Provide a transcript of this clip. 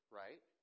right